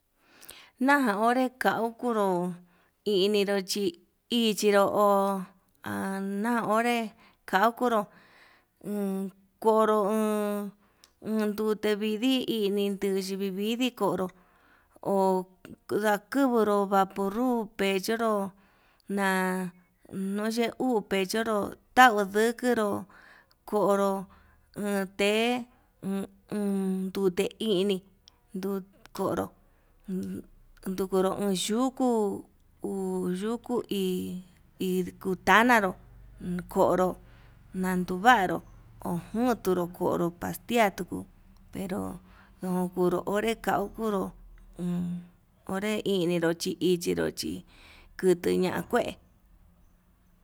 Naján onre kau kunró ininró chi ichinro ho ha na onre kaukuro, umm konro uun, uun ndute vidii ini induchi vidii konró uun ndakuvuro vapurut pechonró, na'a none uu pechonró tau ndukuro konró ute uun un té ini ndukonró ndukunru uun yukú, uu yukú hi kutanaró konró ndaduvaru ho njuturu konto pastilla tuu pero nduu konró onré kau, kunro uun onre chininró ichinro chí kutuu ña'a kué.